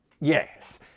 Yes